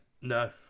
No